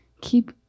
Keep